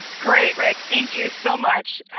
great, rick, thank you so much.